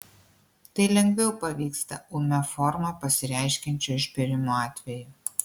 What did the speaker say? tai lengviau pavyksta ūmia forma pasireiškiančio išbėrimo atveju